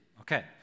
Okay